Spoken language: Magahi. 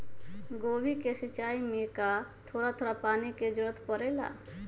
गोभी के सिचाई में का थोड़ा थोड़ा पानी के जरूरत परे ला?